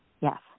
Yes